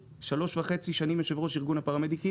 המל"ג.